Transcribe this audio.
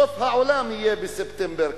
סוף העולם יהיה בספטמבר,